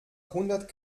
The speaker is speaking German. hundert